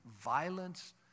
violence